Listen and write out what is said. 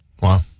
Wow